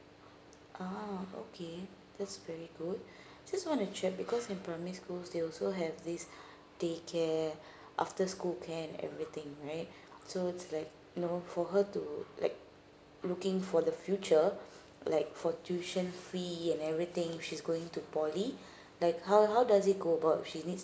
ah okay that's very good just want to check because in primary schools they also have this they care after school plan everything right so is like you know for her to like looking for the future like for tuition fee and everything she's going to poly like how how does it go about she needs